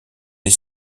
les